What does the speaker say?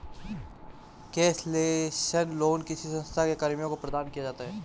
concessional loan किसी संस्था के कर्मियों को प्रदान किया जाता है